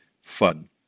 fun